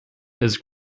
his